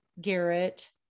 garrett